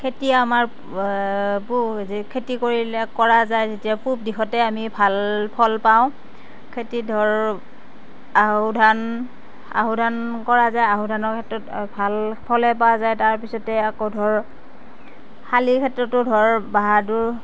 খেতি আমাৰ খেতি কৰিলে কৰা যায় তেতিয়া আমি পূৱ দিশতে ভাল ফল পাওঁ খেতি ধৰ আও ধান আহু ধান কৰা যায় আহু ধানৰ ক্ষেত্ৰত ভাল ফলে পোৱা যায় তাৰপিছতে আকৌ ধৰ শালি ক্ষেত্ৰতো ধৰ বাহাদুৰ